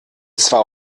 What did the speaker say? zwar